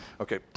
Okay